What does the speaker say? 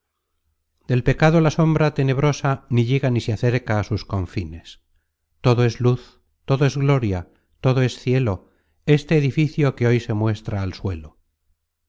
del pecado la sombra tenebrosa ni llega ni se acerca á sus confines todo es luz todo es gloria todo es cielo este edificio que hoy se muestra al suelo